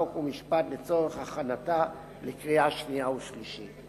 חוק ומשפט לצורך הכנתה לקריאה שנייה ושלישית.